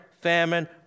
famine